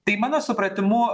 tai mano supratimu